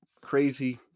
crazy